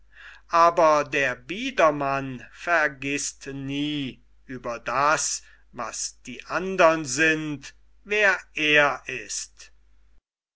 aber der biedermann vergißt nie über das was die andern sind wer er ist